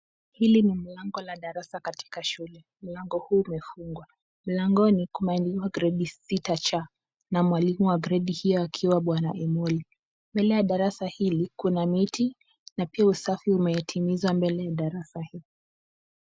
Hili ni mlango la darasa katika shule, mlango huu umefungwa. Mlangoni, kumeandikwa gredi 6C na mwalimu wa gredi hiyo akiwa Bwana Emoli. Mbele ya darasa hili kuna miti na pia usafi umehitimizwa mbele ya darasa hili.